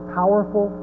powerful